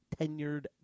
tenured